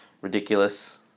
ridiculous